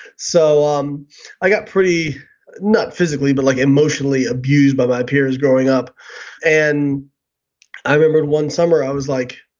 so um i got pretty not physically but like emotionally abused by my peers growing up and i remember one summer i was like,